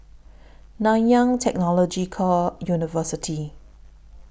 Nanyang Technological University